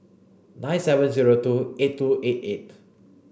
nine seven zero two eight two eight eight